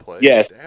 Yes